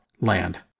Land